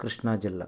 కృష్ణా జిల్లా